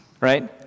Right